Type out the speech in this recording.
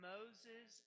Moses